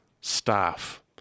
staff